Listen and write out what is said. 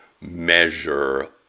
measure